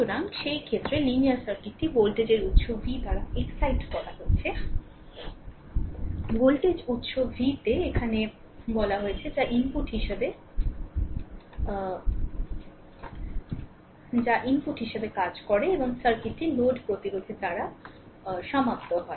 সুতরাং এই ক্ষেত্রে লিনিয়ার সার্কিটটি ভোল্টেজ উত্স v দ্বারা এক্সাইট করা হয়েছে ভোল্টেজ উত্স vতে এখানে বলা হয়েছে যা ইনপুট হিসাবে কাজ করে এবং সার্কিটটি লোড প্রতিরোধের আর দ্বারা সমাপ্ত হয়